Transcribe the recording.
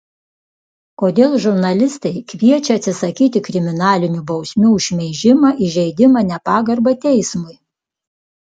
kodėl žurnalistai kviečia atsisakyti kriminalinių bausmių už šmeižimą įžeidimą nepagarbą teismui